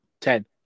Ten